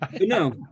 No